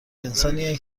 انسانیه